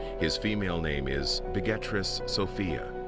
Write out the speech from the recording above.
his female name is begettress sophia.